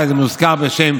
ואולי זה מוזכר בשם